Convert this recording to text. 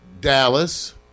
Dallas